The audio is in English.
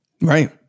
Right